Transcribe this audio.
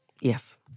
Yes